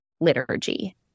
liturgy